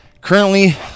currently